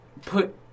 put